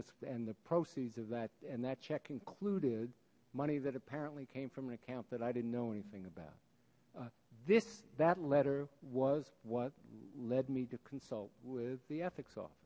this and the proceeds of that and that check included money that apparently came from an account that i didn't know anything about this that letter was what led me to consult with the ethics off